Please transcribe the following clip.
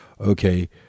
okay